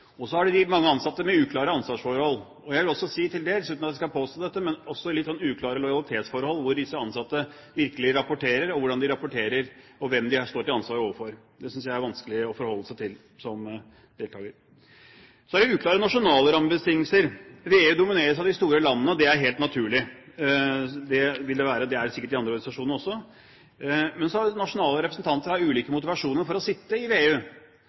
og dyrt å drifte. Det er mange ansatte med uklare ansvarsforhold, og jeg vil også si til dels – uten at jeg skal påstå det – litt uklare lojalitetsforhold når det gjelder hvor disse ansatte virkelig rapporterer, hvordan de rapporterer, og hvem de står til ansvar overfor. Det synes jeg er vanskelig å forholde seg til som deltager. Så er det uklare nasjonale rammebetingelser. VEU domineres av de store landene, og det er helt naturlig. Det vil det være, og det er det sikkert i andre organisasjoner også. Men nasjonale representanter har ulike motivasjoner for å sitte i